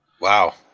Wow